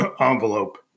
envelope